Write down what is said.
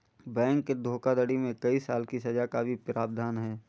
bank धोखाधड़ी में कई साल की सज़ा का भी प्रावधान है